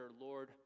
Lord